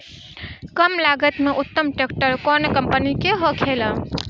कम लागत में उत्तम ट्रैक्टर कउन कम्पनी के होखेला?